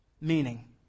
Meaning